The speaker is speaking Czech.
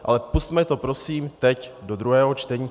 Ale pusťme to prosím teď do druhého čtení.